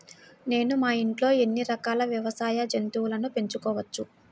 నేను మా ఇంట్లో ఎన్ని రకాల వ్యవసాయ జంతువులను పెంచుకోవచ్చు?